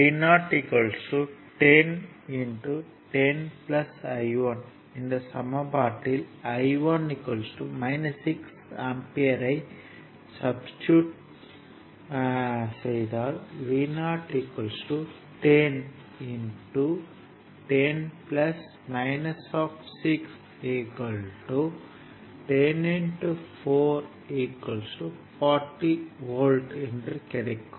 Vo 10 10 I1 இந்த சமன்பாட்டில் I1 6 ampere ஐ சப்ஸ்டிட்யூட் செய்தால் Vo 10 10 10 4 40 வோல்ட் என்று கிடைக்கும்